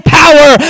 power